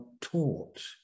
taught